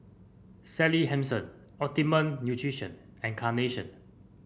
Sally Hansen Optimum Nutrition and Carnation